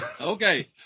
Okay